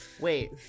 Wait